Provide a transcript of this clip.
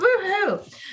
Woohoo